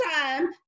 time